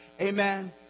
Amen